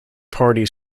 party